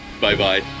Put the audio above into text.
bye-bye